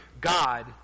God